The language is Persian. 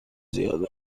زیاده